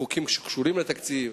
חוקים שקשורים לתקציב,